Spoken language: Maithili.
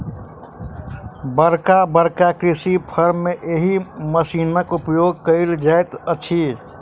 बड़का बड़का कृषि फार्म मे एहि मशीनक उपयोग कयल जाइत अछि